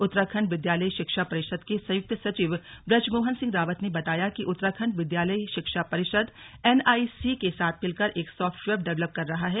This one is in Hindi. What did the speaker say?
उत्तराखण्ड विद्यालयी शिक्षा परिषद के संयुक्त सचिव ब्रजमोहन सिंह रावत ने बताया कि उत्तराखण्ड विद्यालयी शिक्षा परिषद एनआईसी के साथ मिलकर एक साफ्टवेयर डेवलप कर रहा है